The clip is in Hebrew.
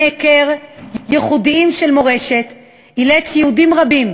היכר ייחודיים של המורשת אילץ יהודים רבים